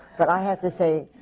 but i have to say,